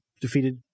defeated